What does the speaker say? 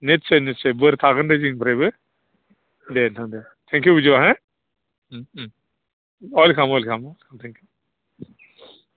निस्सय निस्सय बोर थागोन दे जोंनिफ्रायबो दे नोंथां दे थेंक इउ बिदिबा वेलकाम वेलकाम